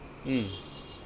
mm